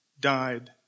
died